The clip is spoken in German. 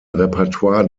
repertoire